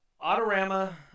Autorama